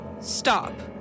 Stop